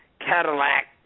Cadillac